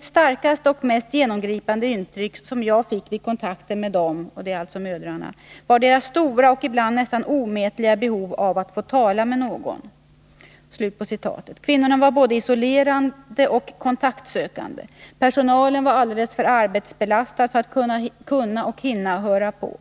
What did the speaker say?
starkaste och mest genomgripande intryck som jag fick vid kontakten med dem”, alltså mödrarna, ”var deras stora och ibland nästan omätliga behov av att få tala med någon.” Kvinnorna var både isolerade och kontaktsökande. Personalen var alltför arbetsbelastad för att kunna och hinna höra på.